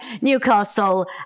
Newcastle